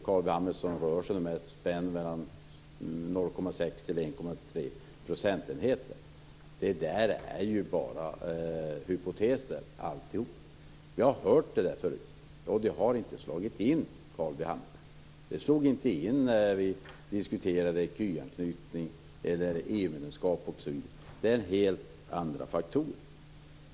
Carl B Hamilton rör sig i en spännvidd mellan 0,6 och 1,3 procentenheter. Det är ju bara hypoteser alltihop. Vi har hört det där förut, och det har inte slagit in, Carl B Hamilton. Det slog inte in när vi diskuterade ecu-anknytning eller EU-medlemskap osv. Det är helt andra faktorer som avgör.